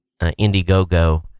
Indiegogo